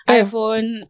iPhone